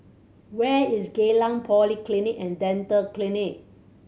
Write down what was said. where is Geylang Polyclinic And Dental Clinic